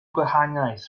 gwahaniaeth